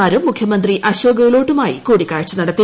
മാരും മുഖ്യമന്ത്രി അശോക് ഗെഹ്ലോട്ടുമായി കൂടിക്കാഴ്ച നടത്തി